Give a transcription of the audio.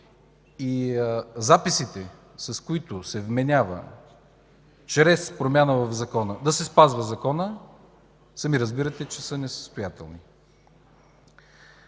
и записите, с които се вменява чрез промяна в закона да се спазва законът, сами разбирате, че са несъстоятелни.